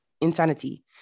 insanity